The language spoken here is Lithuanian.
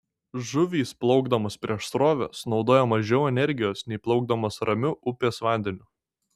žuvys plaukdamos prieš srovę sunaudoja mažiau energijos nei plaukdamos ramiu upės vandeniu